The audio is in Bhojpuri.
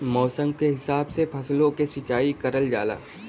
मौसम के हिसाब से फसलो क सिंचाई करल जाला